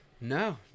No